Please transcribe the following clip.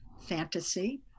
fantasy